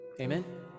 Amen